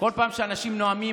כל פעם שאנשים נואמים,